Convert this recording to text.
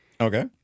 okay